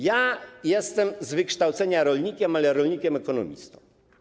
Ja jestem z wykształcenia rolnikiem, ale rolnikiem ekonomistą.